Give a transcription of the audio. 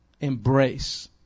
embrace